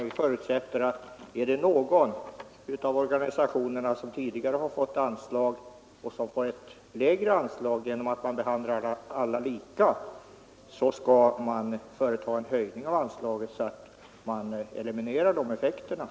Vi förutsätter att om det är någon av organisationerna som tidigare har fått anslag och som nu skulle få ett lägre anslag genom att man behandlar alla lika, så skall man höja anslaget så att de effekterna elimineras.